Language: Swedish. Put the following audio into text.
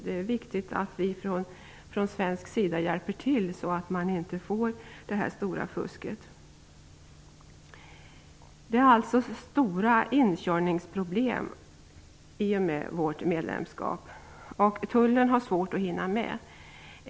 Det är viktigt att vi från svensk sida hjälper till så att man inte får det här stora fusket. Det är alltså stora inkörningsproblem i och med vårt medlemskap. Tullen har svårt att hinna med.